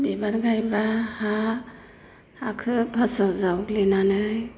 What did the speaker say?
बिबार गायब्ला हा हाखौ फार्स्टआव जावग्लिनानै